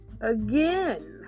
again